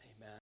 Amen